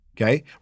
okay